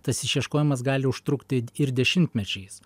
tas išieškojimas gali užtrukti ir dešimtmečiais